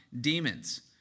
demons